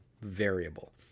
variable